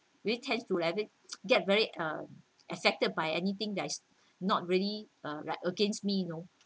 very tense to let it get very uh affected by anything that is not really uh like against me you know